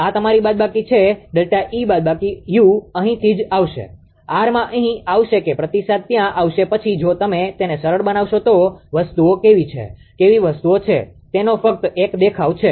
આ તમારી બાદબાકી છે ΔE બાદબાકી u અહીંથી જ આવશે આર માં અહીં આવશે કે પ્રતિસાદ ત્યાં આવશે પછી જો તમે તેને સરળ બનાવશો તો વસ્તુઓ કેવી છે કેવી વસ્તુઓ છે તેનો ફક્ત એક દેખાવ છે